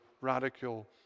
radical